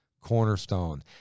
cornerstone